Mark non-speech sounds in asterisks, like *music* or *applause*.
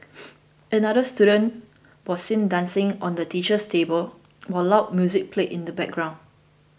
*noise* another student was seen dancing on the teacher's table while loud music played in the background